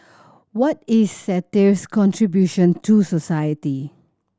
what is satire's contribution to society